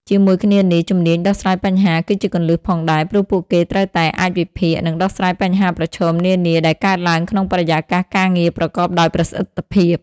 ជាមួយគ្នានេះ ជំនាញដោះស្រាយបញ្ហា ក៏ជាគន្លឹះផងដែរ ព្រោះពួកគេត្រូវតែអាចវិភាគ និងដោះស្រាយបញ្ហាប្រឈមនានាដែលកើតឡើងក្នុងបរិយាកាសការងារប្រកបដោយប្រសិទ្ធភាព។